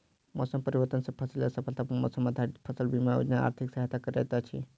मौसम परिवर्तन सॅ फसिल असफलता पर मौसम आधारित फसल बीमा योजना आर्थिक सहायता करैत अछि